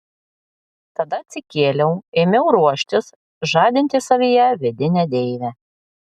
tada atsikėliau ėmiau ruoštis žadinti savyje vidinę deivę